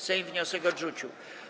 Sejm wniosek odrzucił.